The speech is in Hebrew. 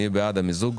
מי בעד המיזוג?